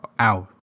Ow